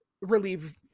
relieve